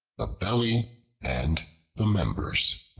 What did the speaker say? the belly and the members